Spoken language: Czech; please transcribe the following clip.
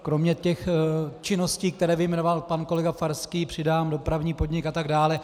Kromě těch činností, které vyjmenoval pan kolega Farský, přidám dopravní podnik atd.